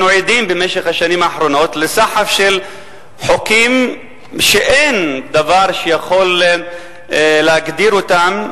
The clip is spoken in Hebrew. בשנים האחרונות אנחנו עדים לסחף של חוקים שאין דבר שיכול להגדיר אותם,